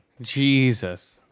Jesus